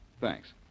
Thanks